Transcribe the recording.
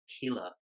killer